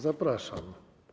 Zapraszam.